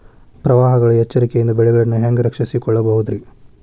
ಪ್ರವಾಹಗಳ ಎಚ್ಚರಿಕೆಯಿಂದ ಬೆಳೆಗಳನ್ನ ಹ್ಯಾಂಗ ರಕ್ಷಿಸಿಕೊಳ್ಳಬಹುದುರೇ?